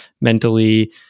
mentally